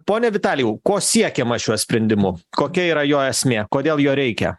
pone vitalijau ko siekiama šiuo sprendimu kokia yra jo esmė kodėl jo reikia